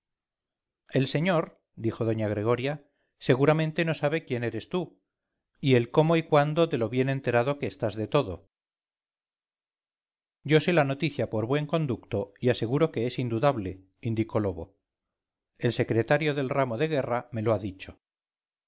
el señor dijo doña gregoria seguramente no sabe quien eres tú y el cómo y cuándo de lo bien enterado que estás de todo yo sé la noticia por buen conducto y aseguro que es indudable indicó lobo el secretario del ramo de guerra me lo ha dicho